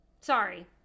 Sorry